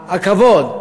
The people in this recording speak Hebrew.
הכבוד,